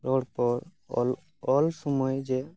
ᱨᱚᱲ ᱯᱚᱨ ᱚᱞ ᱚᱞ ᱥᱳᱢᱚᱭ ᱡᱮ